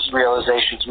realizations